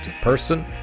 Person